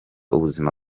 ubuzima